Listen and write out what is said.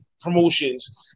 promotions